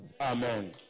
Amen